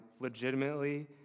legitimately